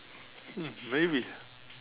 mm maybe